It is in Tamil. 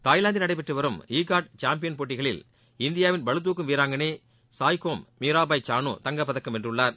தாய்லாந்தில் நடைபெற்று வரும் ஈ காட் சாம்பியன் போட்டிகளில் இந்தியாவின் பளுதுக்கும் வீராங்கனை சாய்கோம் மீராபாய் சானு தங்கப்பதக்கம் வென்றுள்ளார்